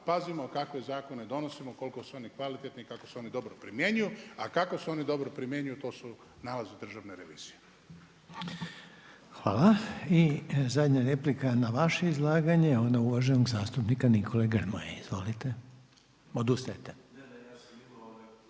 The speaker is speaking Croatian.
pazimo kakve zakone donosimo, koliko su oni kvalitetni i kako su oni dobro primjenjuju, a kako se oni dobro primjenjuju to su nalazi Državne revizije. **Reiner, Željko (HDZ)** Hvala. I zadnja replika na vaše izlaganje ona uvaženog zastupnika Nikole Grmoje. Izvolite. Odustajte.